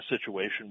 situation